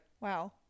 Wow